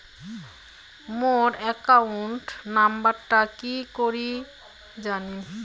মোর account নাম্বারটা কি করি জানিম?